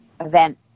event